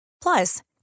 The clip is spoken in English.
Plus